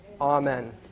Amen